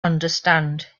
understand